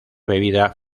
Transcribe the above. bebida